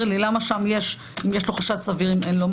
למה שם יש, אם יש לו חשד סביר, אם אין לו?